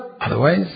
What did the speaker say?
Otherwise